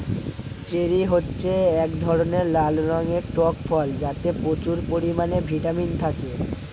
cherry হচ্ছে এক ধরনের লাল রঙের টক ফল যাতে প্রচুর পরিমাণে ভিটামিন থাকে